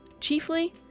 Chiefly